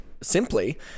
simply